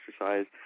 exercise